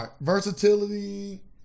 versatility